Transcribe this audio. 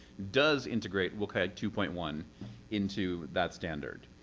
does integrate wcag two point one into that standard.